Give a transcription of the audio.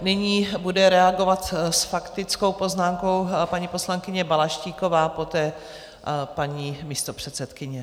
Nyní bude reagovat s faktickou poznámkou paní poslankyně Balaštíková, poté paní místopředsedkyně.